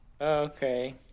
Okay